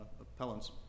appellants